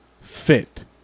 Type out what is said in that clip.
fit